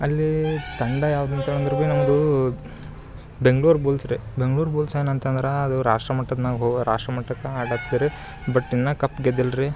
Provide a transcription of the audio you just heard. ಅಲ್ಲಿ ತಂಡ ಯಾವ್ದಂತ ಅಂದ್ರೆ ಬಿ ನಮ್ದು ಬೆಂಗ್ಳೂರು ಬುಲ್ಸ್ ರೀ ಬೆಂಗ್ಳೂರು ಬುಲ್ಸ್ ಏನಂತಂದರೆ ಅದು ರಾಷ್ಟ್ರಮಟ್ಟದಾಗ್ ಹೋ ರಾಷ್ಟ್ರಮಟ್ಟಕ್ಕೆ ಆಡೋಕರಿ ಬಟ್ ಇನ್ನು ಕಪ್ ಗೆದ್ದಿಲ್ರಿ